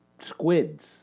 squids